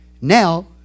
now